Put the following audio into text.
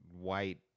white